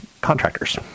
Contractors